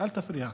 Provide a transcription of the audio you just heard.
אל תפריע.